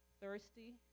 Thirsty